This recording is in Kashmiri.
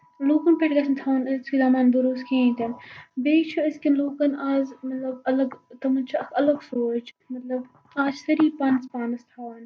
لُکَن پٮ۪ٹھ گژھِ نہٕ تھاوُن أزکہِ زَمانہٕ بَروسہٕ کِہینۍ تہِ نہٕ بیٚیہِ چھُ أزکین لُکن آز مطلب اَلگ تِمن چھُ اکھ اَلگ سونچ مطلب آز چھِ سٲری پانَس پانَس تھاوان